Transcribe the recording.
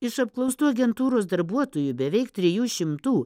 iš apklaustų agentūros darbuotojų beveik trijų šimtų